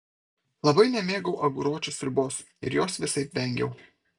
labai nemėgau aguročių sriubos ir jos visaip vengiau